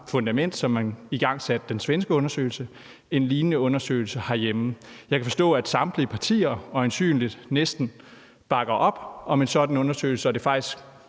fundament, som de igangsatte den svenske undersøgelse, igangsætter en lignende undersøgelse herhjemme. Jeg kan forstå, at næsten samtlige partier øjensynlig bakker op om en sådan undersøgelse, og at det faktisk